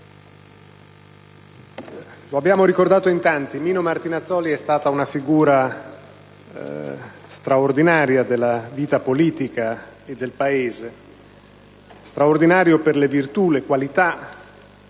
Lo abbiamo ricordato in tanti: Mino Martinazzoli è stata una figura straordinaria della vita politica e del Paese. È stato straordinario per le virtù, le qualità,